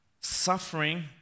suffering